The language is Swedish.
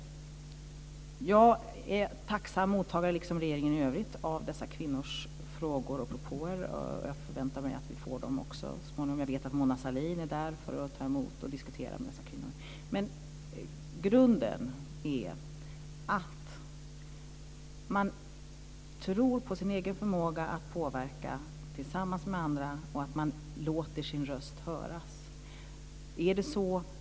Jag, liksom regeringen i övrigt, är tacksam mottagare av dessa kvinnors frågor och propåer. Jag vet att Mona Sahlin är på Långholmens folkhögskola för att ta emot frågor och diskutera med dessa kvinnor. Grunden är att man tror på sin egen förmåga att påverka tillsammans med andra och att man låter sin röst höras.